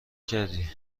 کردی